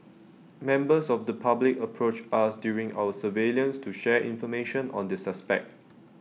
members of the public approached us during our surveillance to share information on the suspect